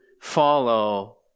follow